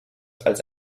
als